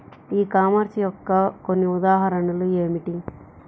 ఈ కామర్స్ యొక్క కొన్ని ఉదాహరణలు ఏమిటి?